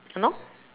!hannor!